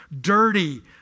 dirty